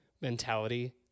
mentality